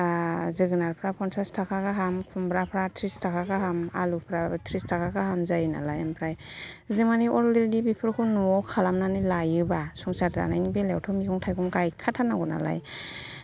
जोगोनारफ्रा पन्सास थाखा गाहाम खुमब्राफ्रा थ्रिस थाखा गाहाम आलुफ्रा थ्रिस थाखा गाहाम जायो नालाय ओमफ्राय जों मेनि अलरेडि बेफोरखौ न'आव खालामनानै लायोबा संसार जानायनि बेलायावथ' मैगं थाइगं गायखाथारनांगौ नालाय